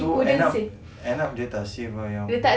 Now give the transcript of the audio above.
so end up end up dia tak save ah yang